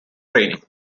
training